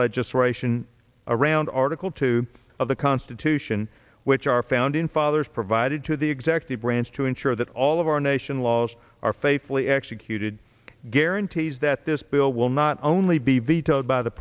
legislation around article two of the constitution which our founding fathers provided to the executive branch to ensure that all of our nation's laws are faithfully executed guarantees that this bill will not only be vetoed by the